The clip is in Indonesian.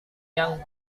yang